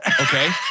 okay